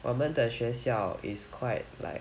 我们的学校 is quite like